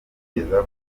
kubigeza